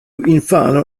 infano